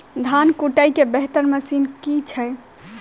धान कुटय केँ बेहतर मशीन केँ छै?